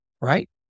right